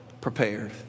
prepared